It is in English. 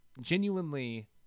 genuinely